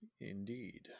Indeed